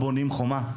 ככה לא בונים חומה.